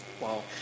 Wow